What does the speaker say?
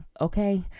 Okay